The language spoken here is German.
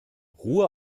ruhe